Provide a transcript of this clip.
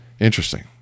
Interesting